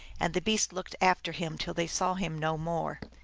and the beasts looked after him till they saw him no more.